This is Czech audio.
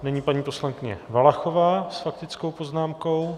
Nyní paní poslankyně Valachová s faktickou poznámkou.